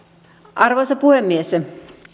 arvoisa puhemies